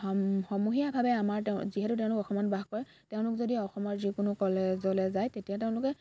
সাম সমূহীয়াভাৱে আমাৰ তেওঁ যিহেতু তেওঁলোকে অসমত বাস কৰে তেওঁলোক যদি অসমৰ যিকোনো কলেজলৈ যায় তেতিয়া তেওঁলোকে